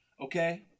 Okay